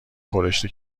خورشت